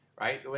right